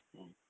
mm